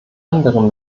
andere